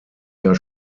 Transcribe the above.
jahr